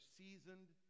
seasoned